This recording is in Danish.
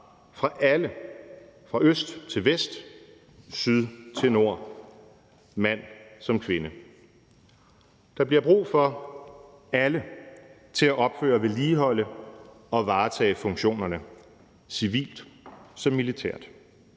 for alle, fra øst til vest, syd til nord, mand som kvinde. Der bliver brug for alle til at opføre, vedligeholde og varetage funktionerne, civilt som militært.